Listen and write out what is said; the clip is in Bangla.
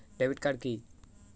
ডেবিট কার্ড কি?